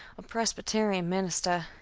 a presbyterian minister.